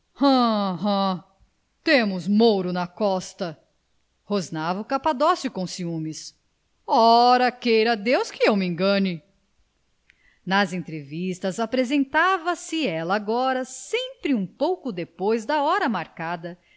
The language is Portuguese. hum temos mouro na costa rosnava o capadócio com ciúmes ora queira deus que eu me engane nas entrevistas apresentava se ela agora sempre um pouco depois da hora marcada